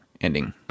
ending